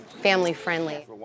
family-friendly